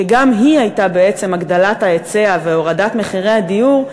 שגם היא הייתה בעצם הגדלת ההיצע והורדת מחירי הדיור,